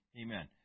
Amen